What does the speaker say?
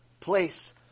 place